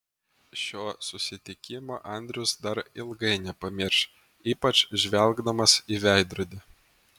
šio susitikimo andrius dar ilgai nepamirš ypač žvelgdamas į veidrodį